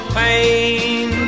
pain